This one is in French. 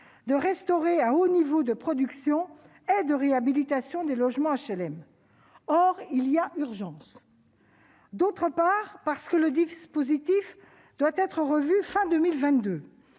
de restaurer un haut niveau de production et de réhabilitation des logements HLM. Or, il y a urgence ! En outre, le dispositif doit être revu fin 2022